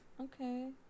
Okay